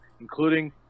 including